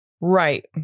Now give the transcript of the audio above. Right